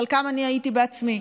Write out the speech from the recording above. שבחלקן אני הייתי בעצמי,